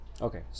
Okay